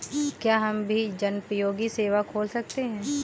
क्या हम भी जनोपयोगी सेवा खोल सकते हैं?